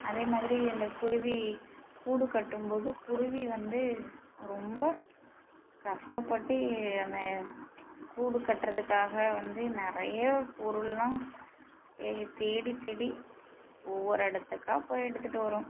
அதே மாதிரி அந்த குருவி கூடு கட்டும்போது குருவி வந்து ரொம்ப கஷ்டப்பட்டு அந்த கூடு கட்டுறதுக்காக வந்து நிறைய பொருள்லாம் தேடி தேடி ஒவ்வொரு இடத்துக்கா போய் எடுத்துகிட்டு வரும்